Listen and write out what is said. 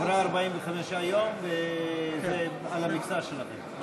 עברו 45 יום, וזה על המכסה שלכם.